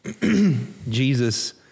Jesus